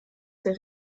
der